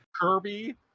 Kirby